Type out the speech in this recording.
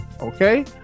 okay